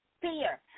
fear